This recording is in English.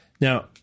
now